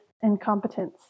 incompetence